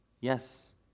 Yes